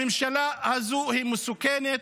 הממשלה הזו מסוכנת,